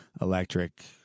electric